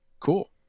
Cool